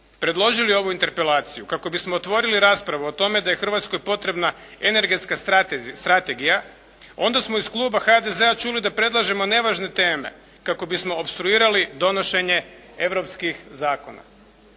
predložili ovu interpelaciju kako bismo otvorili raspravu o tome da je Hrvatskoj potrebna energetska strategija, onda smo iz kluba HDZ-a čuli da predlažemo nevažne teme kako bismo opstruirali donošenje europskih zakona.